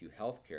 healthcare